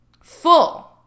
Full